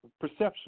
perception